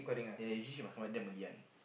ya usually she must come back damn early one